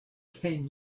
can